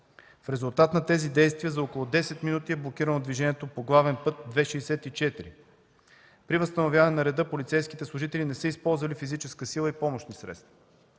В резултат на тези действия за около 10 мин. е блокирано движението по главен път ІІ-64. При възстановяване на реда полицейските служители не са използвали физическа сила и помощни средства.